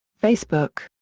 facebook.